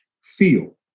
feel